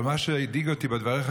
אבל מה שהדאיג אותי בדבריך,